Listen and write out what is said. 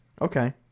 Okay